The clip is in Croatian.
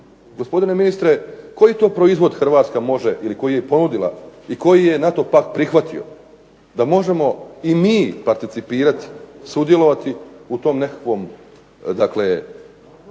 Gospodin ministre koji je to Hrvatska ponudila proizvod i koji je NATO pak prihvatio da možemo i mi participirati sudjelovati u tom nekakvom